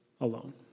alone